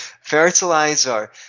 fertilizer